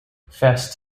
fest